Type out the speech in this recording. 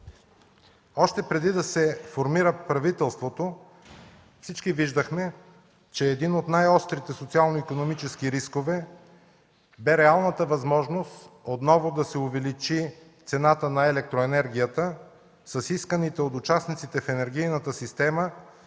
Още преди да се формира правителството, всички виждахме, че един от най-острите социално-икономически рискове бе реалната възможност отново да се увеличи цената на електроенергията с исканите от участниците в енергийната система